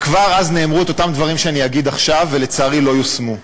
וכבר אז נאמרו אותם דברים שאני אגיד עכשיו ולצערי לא יושמו.